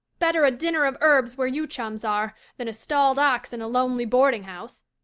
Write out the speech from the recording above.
better a dinner of herbs where your chums are than a stalled ox in a lonely boardinghouse.